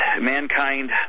mankind